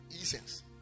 essence